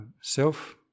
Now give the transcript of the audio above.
self